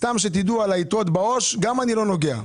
איני נוגע.